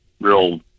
real